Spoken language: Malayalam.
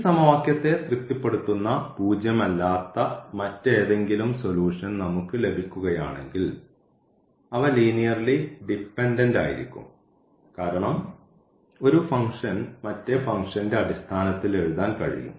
ഈ സമവാക്യത്തെ തൃപ്തിപ്പെടുത്തുന്ന 0 അല്ലാത്ത മറ്റേതെങ്കിലും സൊലൂഷൻ നമുക്ക് ലഭിക്കുകയാണെങ്കിൽ അവ ലീനിയർലി ഡിപെൻഡൻറ് ആയിരിക്കും കാരണം ഒരു ഫംഗ്ഷൻ മറ്റേ ഫംഗ്ഷന്റെ അടിസ്ഥാനത്തിൽ എഴുതാൻ കഴിയും